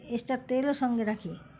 extra তেলও সঙ্গে রাখি